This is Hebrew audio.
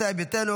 ישראל ביתנו,